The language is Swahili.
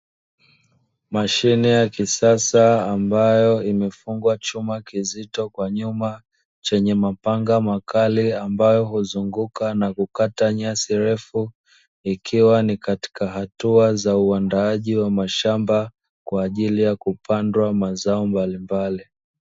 Mashine ya kisasa ambayo imefungwa chuma kizito kwa nyuma, chenye mapanga makali ambayo husunguka na kukata nyasi refu, ikiwa ni katika hatua za uandaaji wa mashamba, kwa ajili ya kupandwa mazao mbalimbali.